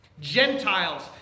Gentiles